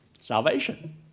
salvation